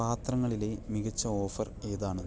പാത്രങ്ങളിലെ മികച്ച ഓഫർ ഏതാണ്